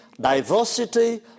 diversity